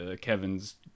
Kevin's